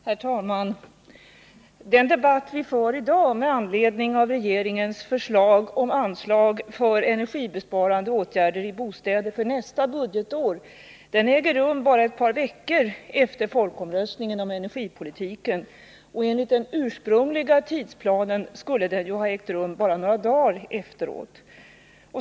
Herr talman! Den debatt vi för i dag med anledning av regeringens förslag till anslag för energibesparande åtgärder i bostäder för nästa budgetår äger rum bara ett par veckor efter folkomröstningen om energipolitiken. Och enligt den ursprungliga tidsplanen skulle den ha ägt rum bara några dagar efteråt.